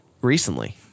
Recently